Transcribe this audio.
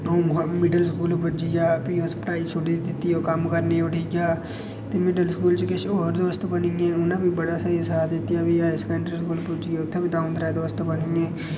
अ'ऊं middle school पुज्जी गेआ भी अस पढ़ाई छुड़ी दित्ती ओह् कम्म करने ई उठी गेआ ते मिडल स्कूल बिच किश होर दोस्त बनी गै उ'नें बी बड़ा स्हेई साथ दित्ता हून हाई सैकंडरी पुज्जी गे उत्थै बी द'ऊं त्रैऽ दोस्त बनी गे